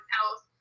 else